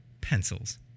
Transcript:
Pencils